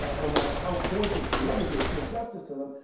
ah no matter how pointed, can never do full justice to them.